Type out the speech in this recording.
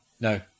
no